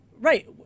right